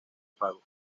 pago